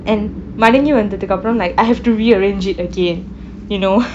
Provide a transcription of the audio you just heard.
and மடங்கி வந்ததற்கு அப்ரம்:madanki vanthatharku apram like I have to rearrange it again you know